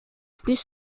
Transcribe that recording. plus